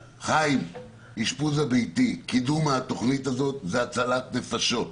אשפוז הביתי, קידום התכנית הזאת, זאת הצלת נפשות.